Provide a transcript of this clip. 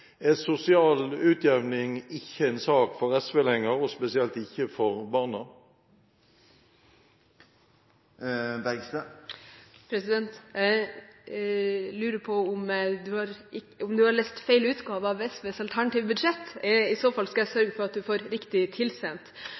en sak for SV lenger, og spesielt ikke for barna? Jeg lurer på om du har lest feil utgave av SVs alternative budsjett – i så fall skal jeg sørge for at du får riktig utgave tilsendt